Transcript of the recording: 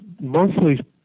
mostly